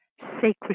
sacred